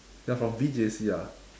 you're from V_J_C ah